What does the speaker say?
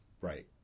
Right